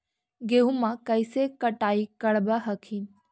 गेहुमा कैसे कटाई करब हखिन?